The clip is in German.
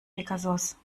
pegasos